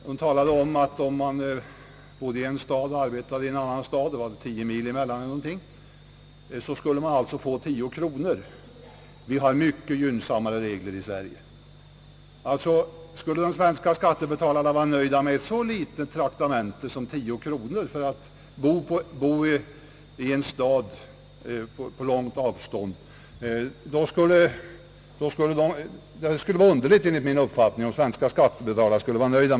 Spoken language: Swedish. Hon talade om att en arbetare i Norge, som bodde i en glesbygd och arbetade i en stad 10 mil därifrån, skulle kunna få 10 kronor i ersättning. Vi har ju redan mycket gynnsammare regler i Sverige! Det skulle enligt min uppfattning vara underligt om de svenska skattebetalarna vore nöjda med ett så litet traktamente som 10 kronor för att bo på en plats och arbeta på en annan plats på stort avstånd.